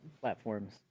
platforms